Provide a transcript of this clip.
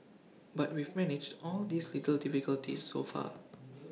but we've managed all these little difficulties so far